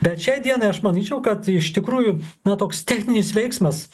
bet šiai dienai aš manyčiau kad iš tikrųjų na toks techninis veiksmas